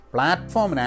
Platform